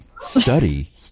Study